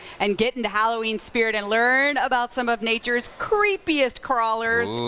and get into halloween spirit and learn about some of nature's creepiest crawlers,